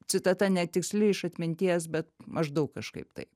citata netiksli iš atminties bet maždaug kažkaip taip